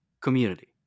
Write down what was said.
community